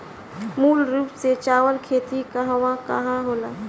मूल रूप से चावल के खेती कहवा कहा होला?